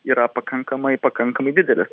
yra pakankamai pakankamai didelis